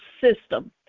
system